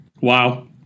Wow